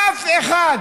אף אחד